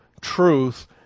truth